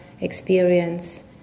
experience